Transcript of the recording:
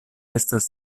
estas